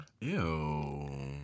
Ew